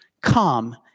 come